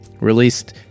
released